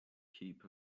keep